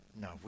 No